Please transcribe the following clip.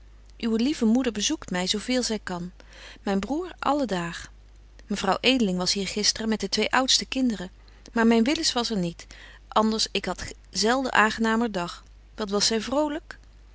uwe lieve moeder bezoekt my zo veel zy kan myn broêr alle daag mevrouw edeling was hier gistren met de twee oudste kinderen maar myn willis was er niet anders ik had zelden aangenamer dag wat was zy vrolyk